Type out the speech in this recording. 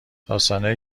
داستانهایی